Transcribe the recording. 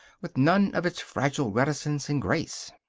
with none of its fragile reticence and grace.